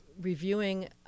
reviewing